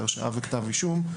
בהרשעה ובכתב אישום.